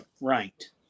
ranked